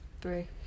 three